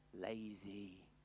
lazy